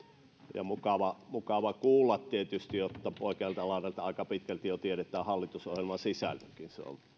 ja on mukava kuulla tietysti että oikealta laidalta aika pitkälti tiedetään jo hallitusohjelman sisältökin